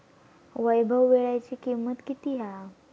वैभव वीळ्याची किंमत किती हा?